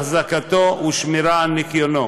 אחזקתו ושמירה על ניקיונו.